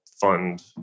fund